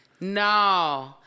No